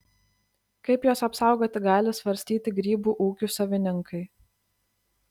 kaip juos apsaugoti gali svarstyti grybų ūkių savininkai